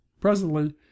Presently